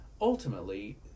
Ultimately